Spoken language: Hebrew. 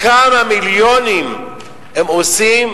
כמה מיליונים הם עושים